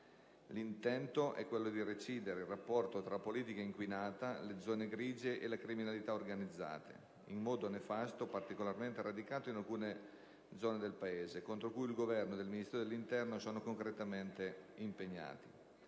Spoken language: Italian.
L'intento è quello di recidere il rapporto tra la politica inquinata, le zone grigie e le criminalità organizzate: un rapporto nefasto, particolarmente radicato in alcune zone del Paese, contro cui il Governo e il Ministero dell'interno sono concretamente impegnati.